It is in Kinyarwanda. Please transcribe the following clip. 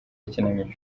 ikinamico